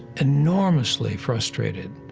enormously frustrated,